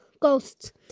ghosts